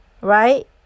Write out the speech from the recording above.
right